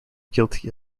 guilty